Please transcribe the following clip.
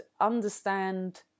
understand